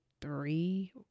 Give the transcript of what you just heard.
three